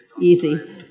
easy